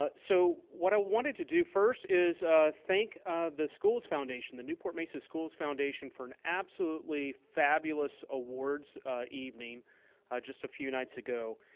ah so what i wanted to do first is thank the school's foundation, the newport mesa schools foundation for an absolutely fabulous awards evening just a few nights ago.